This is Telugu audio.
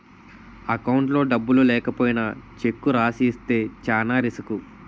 అకౌంట్లో డబ్బులు లేకపోయినా చెక్కు రాసి ఇస్తే చానా రిసుకు